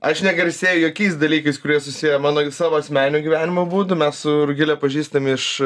aš negarsėju jokiais dalykais kurie susiję mano savo asmeninio gyvenimo būdu mes su rugile pažįstami iš